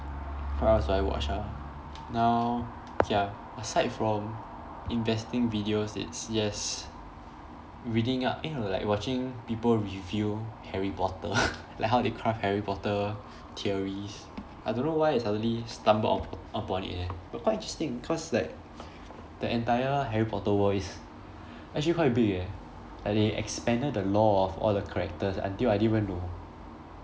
what else do I watch ah now okay ah aside from investing videos it's just reading up eh no like watching people review harry potter like how they craft harry potter theories I don't know why I suddenly stumbled on upon it eh but quite interesting cause like the entire harry potter world is actually quite big eh like they expanded the law of all the characters until I didn't even know